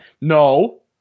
No